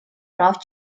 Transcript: прав